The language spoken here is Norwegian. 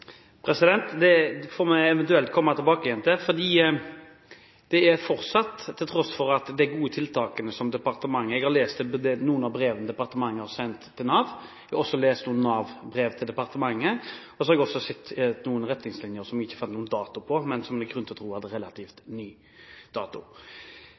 Det får vi eventuelt komme tilbake til, for det er fortsatt nødvendig, til tross for de gode tiltakene fra departementet. Jeg har lest noen av brevene som departementet har sendt til Nav, og jeg har lest noen brev fra Nav til departementet. Jeg har også sett noen retningslinjer som jeg ikke fant noen dato på, men som det er grunn til å tro